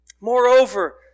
Moreover